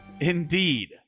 indeed